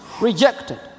rejected